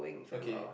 okay